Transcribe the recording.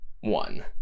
one